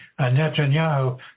Netanyahu